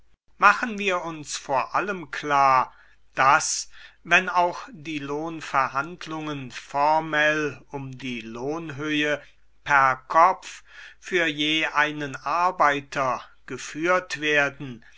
machen wir uns vor allem klar daß wenn auch die lohnverhandlungen formell um die lohnhöhe per kopf für je einen arbeiter geführt werden